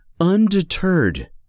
undeterred